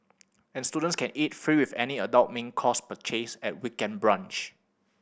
and students can eat free with any adult main course purchase at weekend brunch